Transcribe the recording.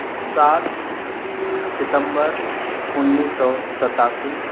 سات ستمبر انیس سو ستاسی